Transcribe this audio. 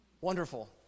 Wonderful